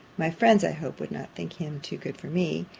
my friends, i hope, would not think him too good for me,